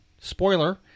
spoiler